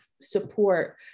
support